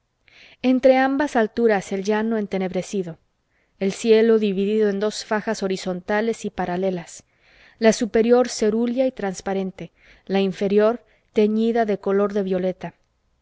entre ambas alturas el llano entenebrecido el cielo dividido en dos fajas horizontales y paralelas la superior cerúlea y transparente la inferior teñida de color de violeta